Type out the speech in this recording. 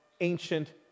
ancient